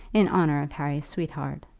in honour of harry's sweetheart.